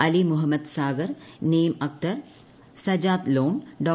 Ali Muhammad Sagar name Akhtar Sajad Lone Dr